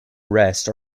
arrest